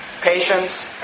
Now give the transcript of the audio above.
Patience